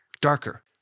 darker